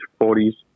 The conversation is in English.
40s